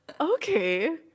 Okay